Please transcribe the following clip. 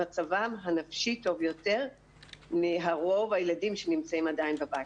מצבם הנפשי טוב יותר מרוב הילדים שנמצאים עדיין בבית.